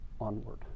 onward